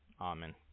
Amen